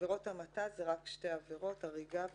עבירות המתה זה רק שתי עבירות: הריגה,